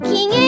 King